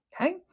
okay